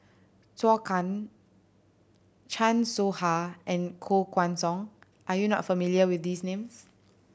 Zhou Can Chan Soh Ha and Koh Guan Song are you not familiar with these names